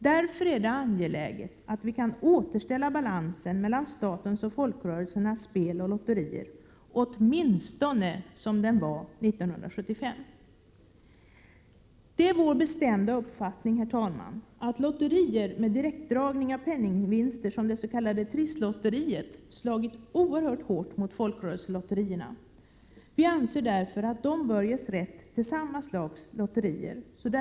Det är därför angeläget att vi kan återställa balansen mellan statens och folkrörelsernas spel och lotterier, åtminstone till den som rådde år 1975. Herr talman! Det är vår bestämda uppfattning att lotterier med direktdrag Prot. 1987/88:136 ning av penningvinster som det s.k. Trisslotteriet har slagit oerhört hårt mot — 8 juni 1988 folkrörelsernas lotterier. Vi anser därför att folkrörelserna bör ges rätt till samma slags lotterier.